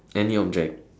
any object